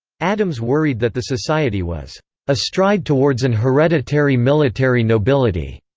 adams worried that the society was a stride towards an hereditary military nobility,